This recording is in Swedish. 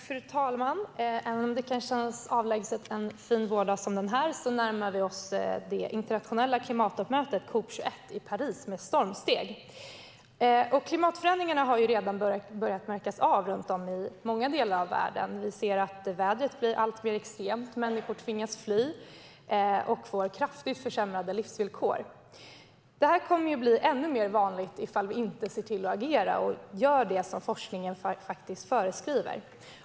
Fru talman! Även om det kan kännas avlägset en fin vårdag som den här närmar vi oss det internationella klimattoppmötet COP 21 i Paris med stormsteg. Klimatförändringarna har redan börjat märkas av i många delar av världen. Vi ser att vädret blir alltmer extremt. Människor tvingas fly och får kraftigt försämrade livsvillkor. Det här kommer att bli ännu mer vanligt ifall vi inte ser till att agera och gör det som forskningen faktiskt föreskriver.